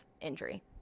injury